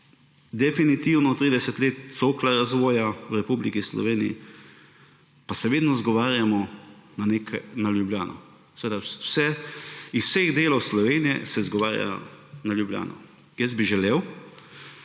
definitivno 30 let cokla razvoja v Republiki Sloveniji, pa se vedno izgovarjamo na Ljubljano. Iz vseh delov Slovenije se izgovarjajo na Ljubljano. Želel